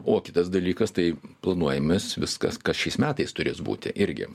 o kitas dalykas tai planuojamės viskas kas šiais metais turės būti irgi